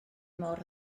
mor